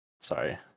sorry